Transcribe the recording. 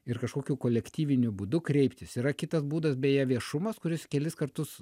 ir kažkokiu kolektyviniu būdu kreiptis yra kitas būdas beje viešumas kuris kelis kartus